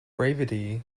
brevity